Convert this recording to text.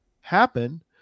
happen